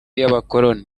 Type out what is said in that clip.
y’abakoloni